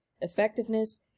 effectiveness